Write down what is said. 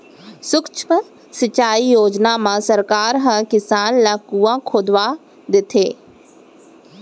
सुक्ष्म सिंचई योजना म सरकार ह किसान ल कुँआ खोदवा देथे